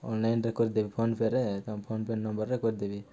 ଅନଲାଇନ୍ରେ କରିଦେବି ଫୋନ୍ପେରେ ତମ ଫୋନ୍ପେ ନମ୍ବର୍ରେ କରିଦେବି